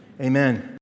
Amen